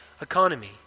economy